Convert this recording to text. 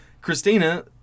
Christina